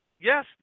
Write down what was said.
yes